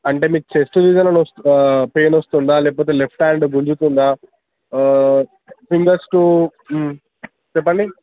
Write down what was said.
అంటే మీకు చెస్ట్ మీదనా వస్తు పెయిన్ వస్తుందా లేకపోతే లెఫ్ట్ హ్యాండ్ గుంజుతుందా ఫింగర్స్ టూ చెప్పండి